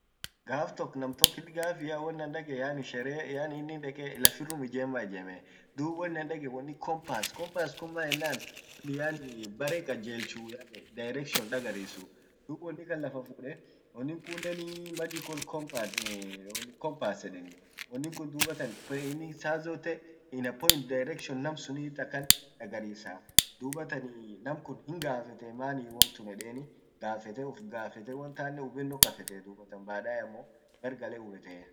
gaf tok namtokit gafia wonan dagee yaani sherea yaani innin deke lafirum ijemma ijemme. Dub wonan dagee wonni compass, compass kun maaennan yaani bare kajelchuu yaani directions dagarissu. Dub wonikan lafa fude wonin kunnen magical compass edeni winin kun dubatan inin saa zote inapoint directions, nam sunit akan dagarissa dubatan nam kun hingafete maani won tun edeni gafete ufgafete won tannen hubenno kafete dubatan baadae ammo gargale hubetee.